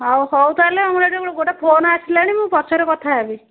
ହଉ ହଉ ତାହେଲେ ମୁଁ ଏଠି ଗୋଟେ ଫୋନ୍ ଆସିଲାଣି ମୁଁ ପଛରେ କଥା ହେବି